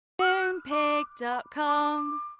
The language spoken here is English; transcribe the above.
Moonpig.com